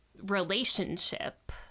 relationship